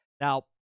Now